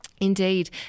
Indeed